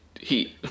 heat